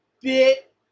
bit